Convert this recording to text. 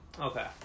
Okay